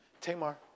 Tamar